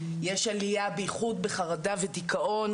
יש עליה בייחוד בחרדה ודיכאון,